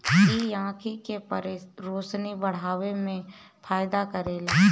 इ आंखी के रोशनी बढ़ावे में फायदा करेला